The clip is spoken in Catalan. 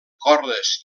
cordes